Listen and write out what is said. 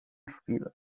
spiel